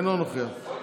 אינו נוכח.